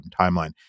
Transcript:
timeline